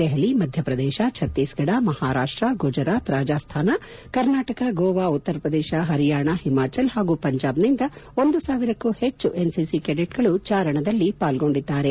ದೆಹಲಿ ಮಧ್ಯಪ್ರದೇಶ ಛಕ್ತೀಸ್ಫಡ ಮಹಾರಾಷ್ ಗುಜರಾತ್ ರಾಜಸ್ಲಾನ ಕರ್ನಾಟಕ ಗೋವಾ ಉತ್ತರ ಪ್ರದೇಶ ಹರಿಯಾಣ ಹಿಮಾಚಲ್ ಹಾಗೂ ಪಂಜಾಬ್ನಿಂದ ಒಂದು ಸಾವಿರಕ್ಕೂ ಹೆಚ್ಚು ಎನ್ಸಿಸಿ ಕೆಡೆಟ್ಗಳು ಚಾರಣದಲ್ಲಿ ಪಾಲ್ಗೊಂಡಿದ್ದಾರೆ